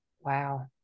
Wow